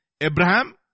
Abraham